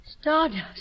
Stardust